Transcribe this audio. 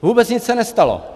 Vůbec nic se nestalo.